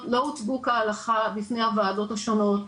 לא הוצגו כהלכה בפני הוועדות השונות,